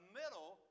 middle